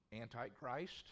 Antichrist